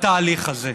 בתהליך הזה.